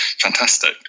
fantastic